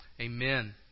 Amen